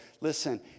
Listen